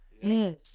Yes